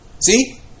See